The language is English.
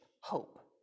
hope